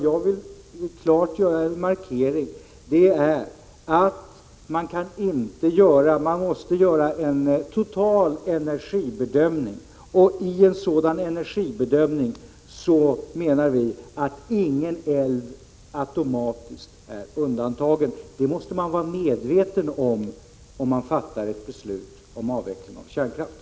Jag vill klart markera att det måste göras en total energibedömning, Prot. 1986/87:36 och i en sådan är ingen älv automatiskt undantagen. Det måste man vara 26 november 1986 medveten om när man fattar beslut om avveckling av kärnkraften.